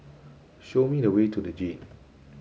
show me the way to the Jade